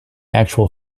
actual